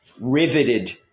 riveted